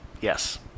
Yes